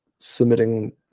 submitting